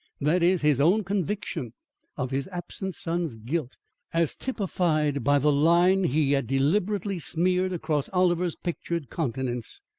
that is, his own conviction of his absent son's guilt as typified by the line he had deliberately smeared across oliver's pictured countenance.